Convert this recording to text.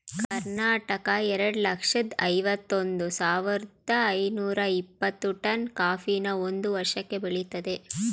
ಕರ್ನಾಟಕ ಎರಡ್ ಲಕ್ಷ್ದ ಐವತ್ ಒಂದ್ ಸಾವಿರ್ದ ಐನೂರ ಇಪ್ಪತ್ತು ಟನ್ ಕಾಫಿನ ಒಂದ್ ವರ್ಷಕ್ಕೆ ಬೆಳಿತದೆ